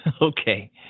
Okay